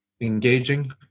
engaging